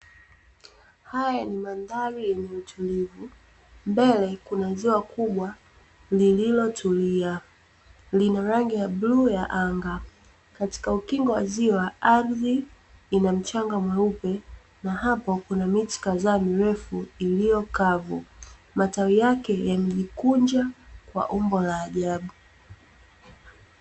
Haya ni mandhari yenye utulivu. Mbele kuna ziwa kubwa lililotulia, lina rangi ya bluu ya anga. Katika ukingo wa ziwa, ardhi ina mchanga mweupe na hapo kuna miti kadhaa mirefu iliyo kavu. Matawi yake yamejikunja kwa umbo la ajabu.